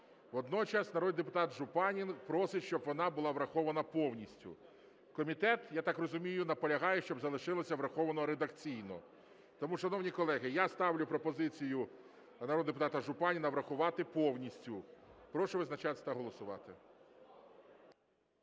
Водночас народний депутат Жупанин просить, щоб вона була врахована повністю. Комітет, я так розумію, наполягає, щоб залишилося – враховано редакційно. Тому, шановні колеги, я ставлю пропозицію народного депутата Жупанина врахувати повністю. Прошу визначатись та голосувати.